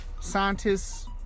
scientists